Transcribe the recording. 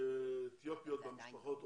אתיופיות במשפחות עובדות?